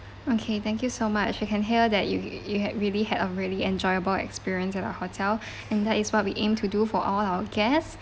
okay thank you so much we can hear that you you had really had a really enjoyable experience at our hotel and that is what we aim to do for all our guest